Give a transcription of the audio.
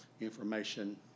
information